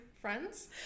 friends